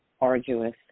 arduous